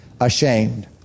ashamed